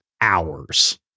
hours